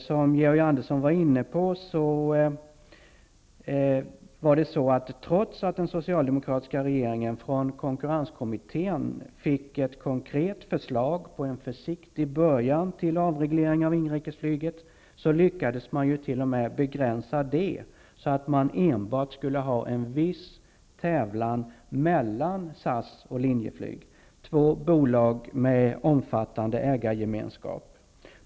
Som Georg Andersson var inne på, lyckades den socialdemokratiska regeringen, trots att den från konkurrenskommittén fick ett konkret förslag på en försiktig början till avreglering av inrikesflyget, t.o.m. begränsa det så att man enbart skulle tillåta en viss tävlan mellan SAS och Linjeflyg, två bolag med omfattande ägargemenskap.